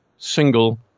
single